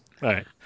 right